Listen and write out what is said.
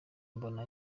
mbona